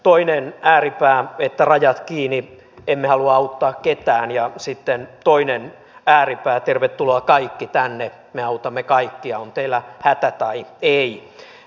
toinen ääripää että rajat kiinni emme halua auttaa ketään ja sitten toinen ääripää tervetuloa kaikki tänne me autamme kaikkia on teillä hätä tai ei